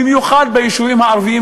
במיוחד ביישובים הערביים,